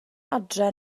adre